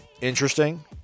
Interesting